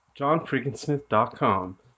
Johnfreakinsmith.com